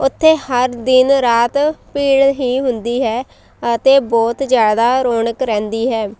ਉੱਥੇ ਹਰ ਦਿਨ ਰਾਤ ਭੀੜ ਹੀ ਹੁੰਦੀ ਹੈ ਅਤੇ ਬਹੁਤ ਜ਼ਿਆਦਾ ਰੌਣਕ ਰਹਿੰਦੀ ਹੈ